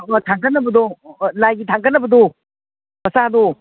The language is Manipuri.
ꯑꯗꯨꯒ ꯊꯥꯡꯀꯠꯅꯕꯗꯣ ꯑꯥ ꯂꯥꯏꯒꯤ ꯊꯥꯡꯀꯠꯅꯕꯗꯣ ꯃꯆꯥꯗꯣ